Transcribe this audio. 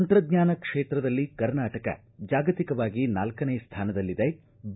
ತಂತ್ರಜ್ಞಾನ ಕ್ಷೇತ್ರದಲ್ಲಿ ಕರ್ನಾಟಕ ಜಾಗತಿಕವಾಗಿ ನಾಲ್ಕನೇ ಸ್ಥಾನದಲ್ಲಿದೆ ಬಿ